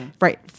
right